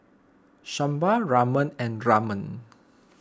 Sambar Ramen and Ramen